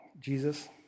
Jesus